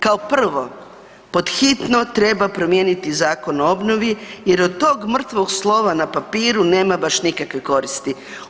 Kao prvo pod hitno treba promijeniti Zakon o obnovi, jer od tog mrtvog slova na papiru nema baš nikakve koristi.